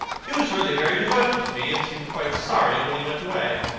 he was really very devoted to me and seemed quite sorry when he went away.